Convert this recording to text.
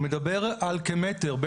מדבר על כמטר.